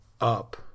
up